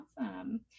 Awesome